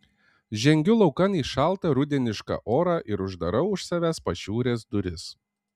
žengiu laukan į šaltą rudenišką orą ir uždarau už savęs pašiūrės duris